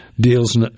deals